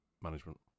management